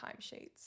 timesheets